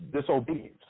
disobedience